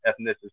ethnicities